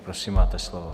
Prosím, máte slovo.